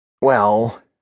Well